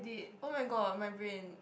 oh my god my brain